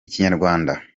ikinyarwanda